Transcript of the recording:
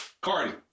Cardi